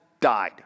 died